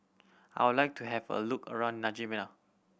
I would like to have a look around N'Djamena